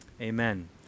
Amen